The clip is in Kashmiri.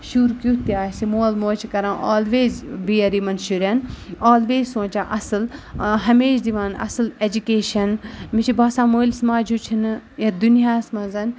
شُر کیُتھ تہِ آسہِ مول موج چھِ کَران آلویز بِیَر یِمَن شُرٮ۪ن آلویز سونٛچان اَصٕل ہمیشہِ دِوان اَصٕل اٮ۪جُکیشَن مےٚ چھِ باسان مٲلِس ماجہِ ہیوٗ چھِنہٕ یَتھ دُنیاہَس منٛز